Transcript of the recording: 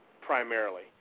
primarily